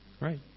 Right